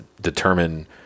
determine